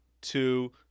two